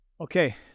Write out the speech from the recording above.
Okay